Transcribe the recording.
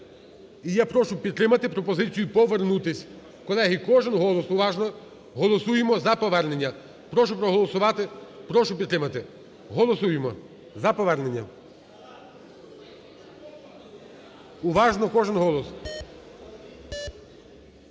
я прошу підтримати пропозицію повернутись. Колеги, кожен голос уважно голосуємо за повернення. Прошу проголосувати, прошу підтримати, голосуємо за повернення, уважно кожен голос.